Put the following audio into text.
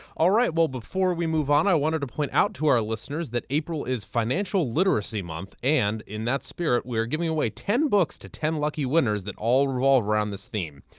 all right, before we move on, i wanted to point out to our listeners that april is financial literacy month, and in that spirit, we are giving away ten books to ten lucky winners that all roll around this theme.